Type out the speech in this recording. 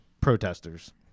protesters